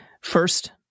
First